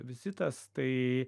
vizitas tai